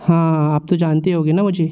हाँ आप तो जानते होगे न मुझे